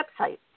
website